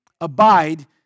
Abide